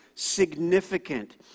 significant